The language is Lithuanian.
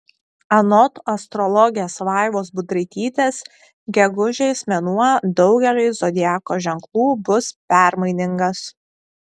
anot astrologės vaivos budraitytės gegužės mėnuo daugeliui zodiako ženklų bus permainingas